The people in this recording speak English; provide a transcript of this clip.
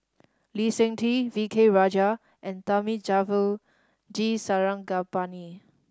Lee Seng Tee V K Rajah and Thamizhavel G Sarangapani